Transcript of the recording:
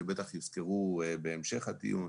שבטח יוזכרו בהמשך הדיון.